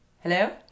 Hello